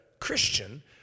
Christian